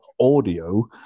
audio